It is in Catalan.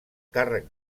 càrrec